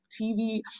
TV